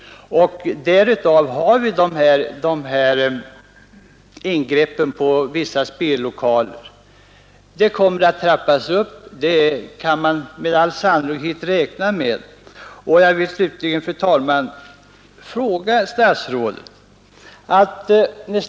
Detta är bakgrunden till ingreppen på vissa spellokaler. Man kan med all sannolikhet räkna med att detta kommer att trappas upp.